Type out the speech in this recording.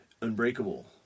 Unbreakable